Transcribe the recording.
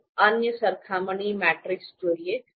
ચાલો અન્ય સરખામણી મેટ્રિસિસ જોઈએ